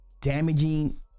damaging